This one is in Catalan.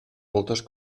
moltes